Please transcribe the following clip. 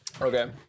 okay